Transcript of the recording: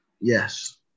Yes